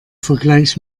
vergleich